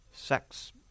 Sex